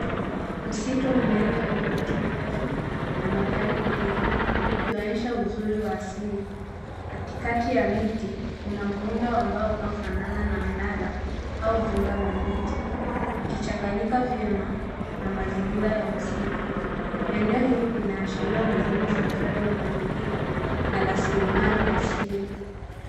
Msitu mnene wenye miti mirefu na majani mengi, ikionyesha uzuri wa asili. Katikati ya miti kuna muundo ambao unaofanana na mnara au jumba la miti, ikichanganyika vyema na mazingira ya msitu. Eneo hili linaashiria umuhimu wa uhifadhi wa mazingira na raslimali ya asili.